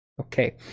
Okay